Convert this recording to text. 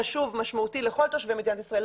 חשוב ומשמעותי לכל תושבי מדינת ישראל,